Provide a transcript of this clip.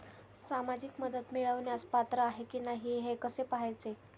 सामाजिक मदत मिळवण्यास पात्र आहे की नाही हे कसे पाहायचे?